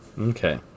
Okay